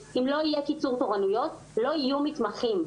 בסוף שמים בצד מה שסיכמנו ומתחילים להתדיין על מה